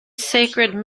sacred